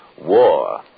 war